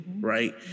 right